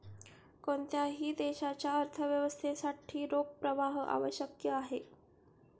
कोणत्याही देशाच्या अर्थव्यवस्थेसाठी रोख प्रवाह आवश्यक आहे